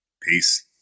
Peace